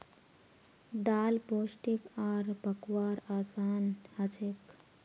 दाल पोष्टिक आर पकव्वार असान हछेक